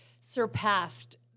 surpassed